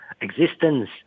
existence